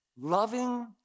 Loving